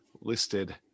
listed